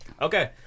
Okay